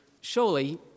Surely